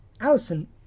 Allison